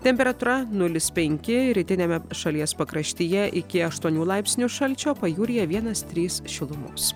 temperatūra nulis penki rytiniame šalies pakraštyje iki aštuonių laipsnių šalčio pajūryje vienas trys šilumos